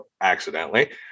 accidentally